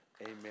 Amen